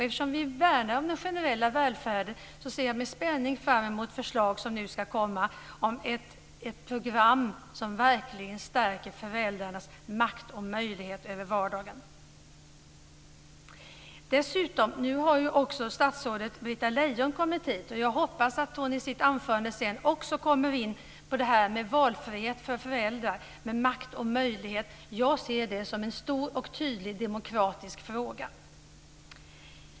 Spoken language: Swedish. Eftersom vi värnar om den generella välfärden ser jag med spänning fram emot förslag som nu ska komma om ett program som verkligen stärker föräldrarnas makt och möjligheter att bestämma över vardagen. Nu har också statsrådet Britta Lejon kommit hit. Jag hoppas att hon i sitt anförande också kommer in på valfrihet för föräldrar med makt och möjlighet. Jag ser det som en stor och tydlig demokratisk fråga.